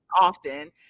often